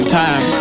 time